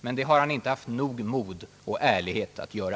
Men det har han inte haft nog mod och ärlighet att göra.